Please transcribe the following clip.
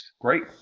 Great